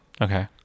Okay